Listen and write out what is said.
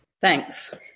Thanks